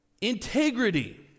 Integrity